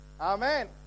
Amen